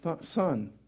son